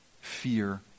fear